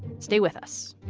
stay with us